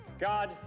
God